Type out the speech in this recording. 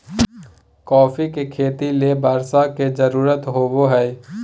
coffee के खेती ले बर्षा के जरुरत होबो हइ